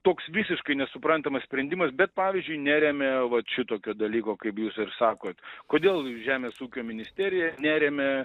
toks visiškai nesuprantamas sprendimas bet pavyzdžiui nerėmė vat šitokio dalyko kaip jūs ir sakot kodėl žemės ūkio ministerija neremia